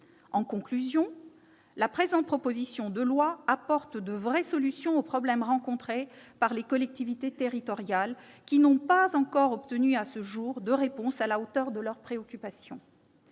à dire que la présente proposition de loi apporte de vraies solutions aux problèmes rencontrés par les collectivités territoriales, qui n'ont pas encore obtenu à ce jour de réponses à la hauteur de leurs préoccupations.